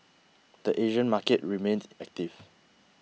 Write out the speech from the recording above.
the Asian market remained active